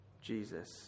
Jesus